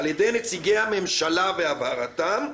על-ידי נציגי הממשלה, והבהרתם,